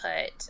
put